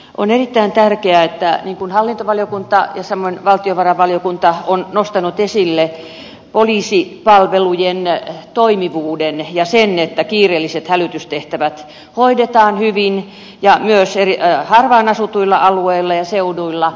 on erittäin tärkeää että hallintovaliokunta ja samoin valtiovarainvaliokunta ovat nostaneet esille poliisipalvelujen toimivuuden ja sen että kiireelliset hälytystehtävät hoidetaan hyvin ja myös harvaan asutuilla alueilla ja seuduilla